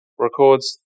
Records